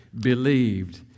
believed